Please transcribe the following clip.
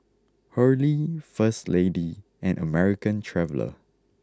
Hurley First Lady and American Traveller